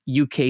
UK